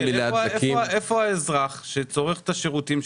אז איפה זה פוגש את האזרח שצורך שירותים.